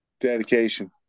dedication